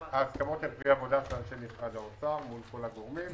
ההסכמות הן פרי עבודה של אנשי משרד האוצר מול כל הגורמים.